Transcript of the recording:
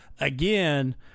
again